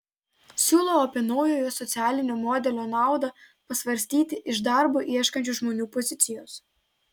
siūlau apie naujojo socialinio modelio naudą pasvarstyti iš darbo ieškančių žmonių pozicijos